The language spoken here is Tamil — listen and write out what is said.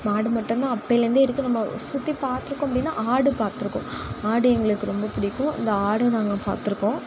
மாடு மட்டுந்தான் அப்பைலேயிருந்தே இருக்குது நம்ம சுற்றி பார்த்துருக்கோம் அப்படினா ஆடு பார்த்துருக்கோம் ஆடு எங்களுக்கு ரொம்ப பிடிக்கும் இந்த ஆடு நாங்க பார்த்துருக்கோம்